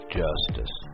justice